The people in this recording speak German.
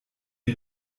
die